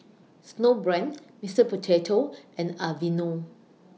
Snowbrand Mister Potato and Aveeno